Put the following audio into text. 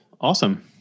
Awesome